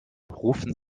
rufen